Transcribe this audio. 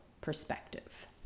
perspective